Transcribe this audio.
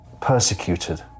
persecuted